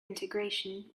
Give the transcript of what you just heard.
integration